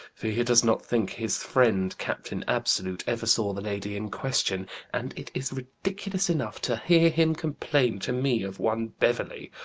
for he does not think his friend captain absolute ever saw the lady in question and it is ridiculous enough to hear him complain to me of one beverley,